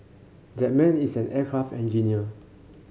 that man is an aircraft engineer